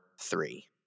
three